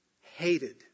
hated